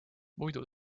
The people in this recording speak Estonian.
muidu